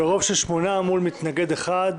ברוב של 8 מול מתנגד אחד,